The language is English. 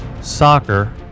soccer